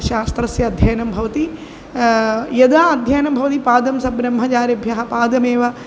शास्त्रस्य अध्ययनं भवति यदा अध्ययनं भवति पादं सब्रह्मचारिभ्यः पादमेव